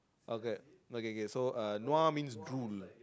okay okay okay so nua means drool